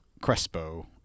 crespo